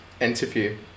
interview